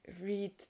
read